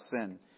sin